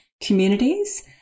communities